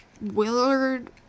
Willard